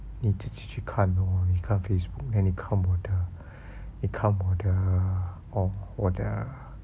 你自己去看 lor 看 Facebook then 你看我的你看我的 hor 我的